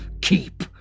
keep